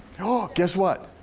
guess what,